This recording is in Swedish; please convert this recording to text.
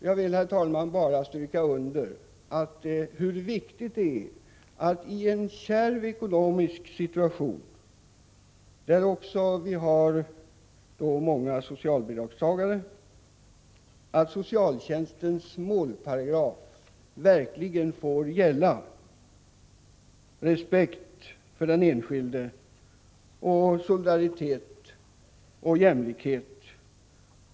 Jag vill, herr talman, understryka hur viktigt det är att socialtjänstens målparagraf i en kärv ekonomisk situation då vi har många socialbidragstagare verkligen får gälla — respekt för den enskilde, solidaritet och jämlikhet.